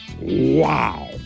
Wow